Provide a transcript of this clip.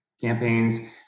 campaigns